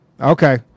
Okay